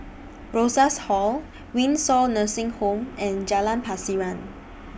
Rosas Hall Windsor Nursing Home and Jalan Pasiran